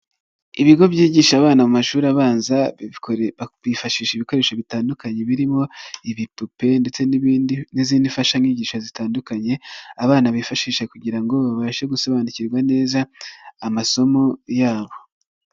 Ibigo byigisha abana mu mashuri abanza, bifashisha ibikoresho bitandukanye birimo ibipupe ndetse n'izindi mfashanyigisho zitandukanye, abana bifashisha kugira ngo babashe gusobanukirwa neza amasomo yabo.